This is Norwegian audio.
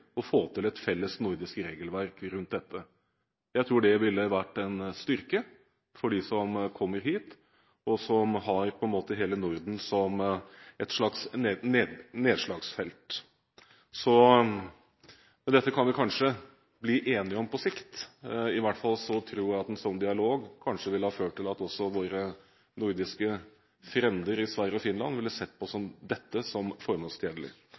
å få til et slikt felles nordisk regelverk. Jeg tror det ville vært en styrke for dem som kommer hit, og som på en måte har hele Norden som nedslagsfelt. Dette kan vi kanskje bli enige om på sikt. I hvert fall tror jeg at en sånn dialog kanskje ville ha ført til at også våre nordiske frender i Sverige og Finland ville ha sett dette som